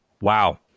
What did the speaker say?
Wow